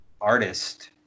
artist